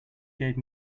gave